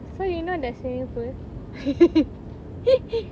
so you know the swimming pool